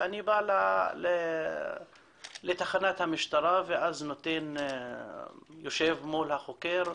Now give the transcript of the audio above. ואני בא לתחנת המשטרה ואז יושב מול החוקר,